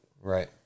Right